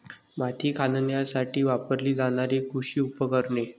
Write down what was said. माती खणण्यासाठी वापरली जाणारी कृषी उपकरणे